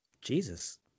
Jesus